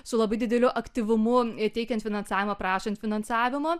su labai dideliu aktyvumu teikiant finansavimą prašant finansavimo